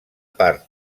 part